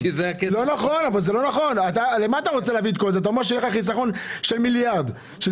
הרי אתה אומר שיהיה לך פה חיסכון של מיליארד --- זה